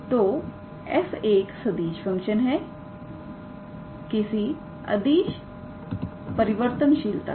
तो𝑓⃗ एक सदिश फंक्शन है किसी अदिश परिवर्तनशीलता का